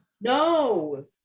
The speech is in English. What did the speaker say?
No